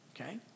Okay